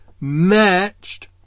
matched